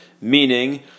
meaning